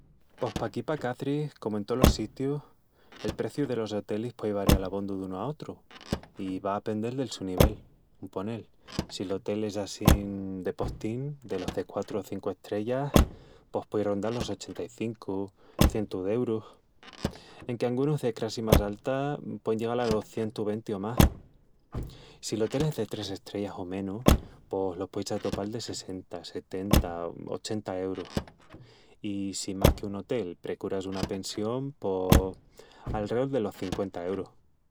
Pos paquí, pa Caçris, comu en tolos sitius, el preciu delos otelis puei varial abondu dunu a otru i va a pendel del su nivel... Un ponel, si l'otel es assín... de postín, delos de quatru o cincu estrellas, pos puei rondal los ochenta-i-cincu, cientu d'eurus... enque angunus de crassi más alta, puein llegal alos cientu venti o más... Si l'otel es de tres estrellas o menus, pos... los pueis atopal de sessenta, setenta, ochenta eurus... I si más que un otel, precuras una pensión pos alreol delos cinqüenta eurus...